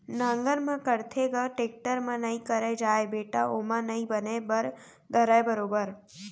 नांगर म करथे ग, टेक्टर म नइ करे जाय बेटा ओमा नइ बने बर धरय बरोबर